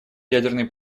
ядерной